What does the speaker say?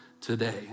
today